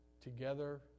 Together